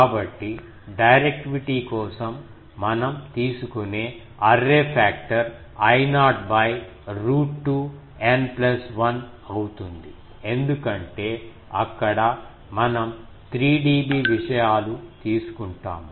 కాబట్టి డైరెక్టివిటీ కోసం మనం తీసుకునే array factor I0 root 2 N plus 1 అవుతుంది ఎందుకంటే అక్కడ మనం 3 dB విషయాలు తీసుకుంటాము